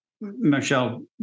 Michelle